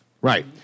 right